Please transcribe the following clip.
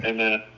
Amen